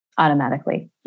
automatically